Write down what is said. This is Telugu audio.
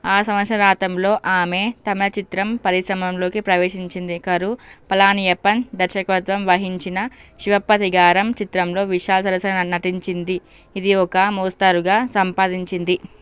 ఆ సంవత్సరాంతంలో ఆమె తమిళ చిత్ర పరిశ్రమలోకి ప్రవేశించింది కరు పళానియప్పన్ దర్శకత్వం వహించిన శివప్పతిగారం చిత్రంలో విశాల్ సరసన నటించింది ఇది ఒక మోస్తరుగా సంపాదించింది